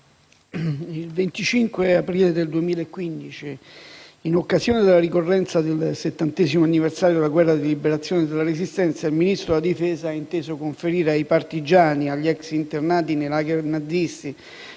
Il 25 aprile 2015, in occasione della ricorrenza del 70° anniversario della Guerra di liberazione e della Resistenza, il Ministro della difesa ha inteso conferire ai partigiani, agli ex internati nei *lager* nazisti,